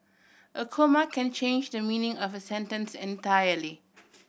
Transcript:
a comma can change the meaning of a sentence entirely